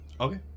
Okay